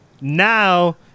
Now